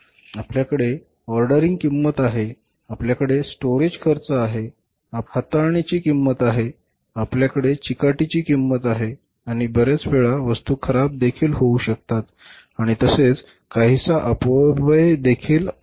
आपल्याकडे ऑर्डरिंग किंमत आहे आपल्याकडे स्टोरेज खर्च आहे आपल्याकडे हाताळणीची किंमत आहे आपल्याकडे चिकाटीची किंमत आहे आणि बरेच वेळा वस्तू खराब देखील होऊ शकतात आणि तसेच काहीसा अपव्यय देखील आहे